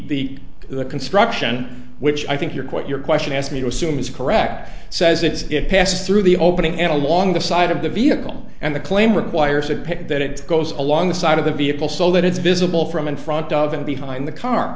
what the construction which i think your quote your question asked me to assume is correct says it's it passes through the opening and along the side of the vehicle and the claim requires a pic that it goes along the side of the vehicle so that it's visible from in front of and behind the car